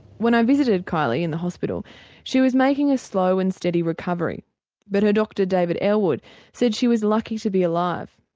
when i visited kylie in the hospital she was making a slow and steady recovery but her doctor david ellwood said she was lucky to be alive.